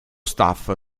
staff